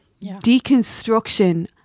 deconstruction